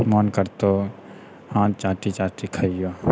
मन करतौ हाथ चाटी चाटी खाइए